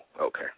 Okay